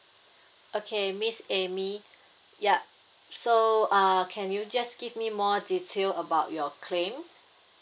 okay miss amy yup so uh can you just give me more detail about your claim